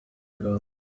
gone